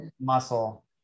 Muscle